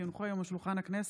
כי הונחו היום על שולחן הכנסת,